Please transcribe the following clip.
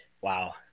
Wow